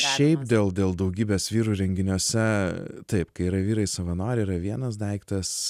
šiaip dėl dėl daugybės vyrų renginiuose taip kai yra vyrai savanoriai yra vienas daiktas